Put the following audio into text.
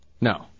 No